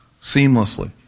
seamlessly